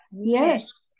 Yes